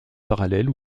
parallèle